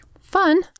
Fun